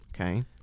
Okay